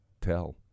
tell